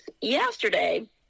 Yesterday